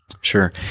Sure